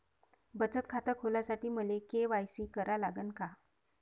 बचत खात खोलासाठी मले के.वाय.सी करा लागन का?